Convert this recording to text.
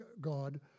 God